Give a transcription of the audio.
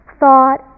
thought